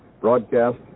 broadcast